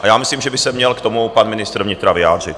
Já myslím, že by se měl k tomu pan ministr vnitra vyjádřit.